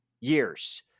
years